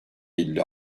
elli